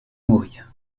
mourir